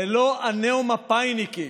הניאו-מפא"יניקים,